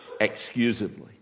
excusably